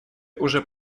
уже